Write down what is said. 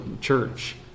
church